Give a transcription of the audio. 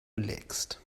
relaxed